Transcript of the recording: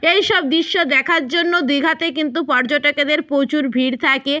এইসব দৃশ্য দেখার জন্যও দীঘাতে কিন্তু পর্যটকেদের প্রচুর ভিড় থাকে